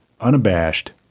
unabashed